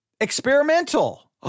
Experimental